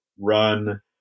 run